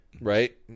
Right